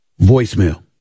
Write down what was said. Voicemail